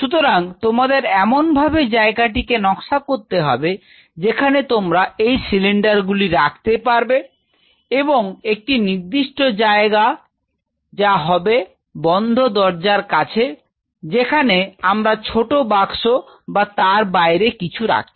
সুতরাং তোমাদের এমনভাবে জায়গাটিকে নকশা করতে হবে যেখানে তোমরা এই সিলিন্ডার গুলি রাখতে পারবে এবং একটি নির্দিষ্ট জায়গায় যা হবে বন্ধ দরজার কাছে যেখানে আমরা ছোট বাক্স বা তার বাইরে কিছু রাখছি